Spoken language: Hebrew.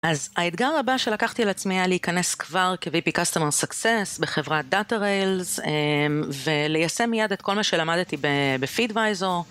אז האתגר הבא שלקחתי על עצמי היה להיכנס כבר כ-VP Customer Success בחברת DataRails וליישם מיד את כל מה שלמדתי בפידוויזור.